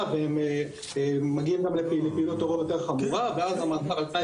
והם מגיעים גם לפעילות טרור יותר חמורה ואז המאסר על תנאי